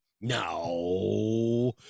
no